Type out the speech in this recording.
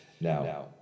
Now